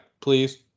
please